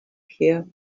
here